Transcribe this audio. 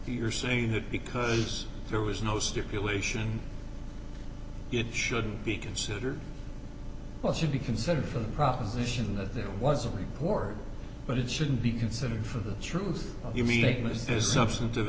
you're saying that because there was no stipulation it should be considered well should be considered for the proposition that there was a report but it shouldn't be considered for the truth you mean it was the substantive